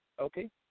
okay